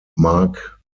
mark